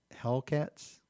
Hellcats